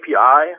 API